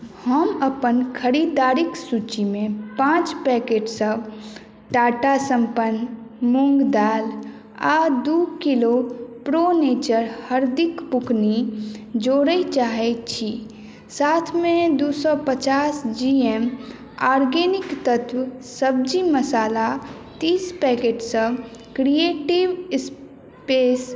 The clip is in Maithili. हम अपन खरीदारीक सूचीमे पाँच पैकेटसभ टाटा सम्पन्न मूङ्ग दालि आ दू किलो प्रो नेचर हरदिक बुकनी जोड़य चाहैत छी साथमे दू सए पचास जी एम आर्गेनिक तत्त्व सब्जी मसाला तीस पैकेटसभ क्रिएटिव स्पेस